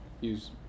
use